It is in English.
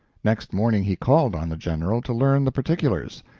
next morning he called on the general to learn the particulars.